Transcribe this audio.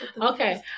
Okay